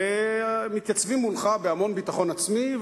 והם מתייצבים מולך עם המון ביטחון עצמי,